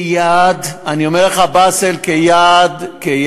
כיעד, אני אומר לך, באסל, כיעד,